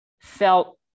felt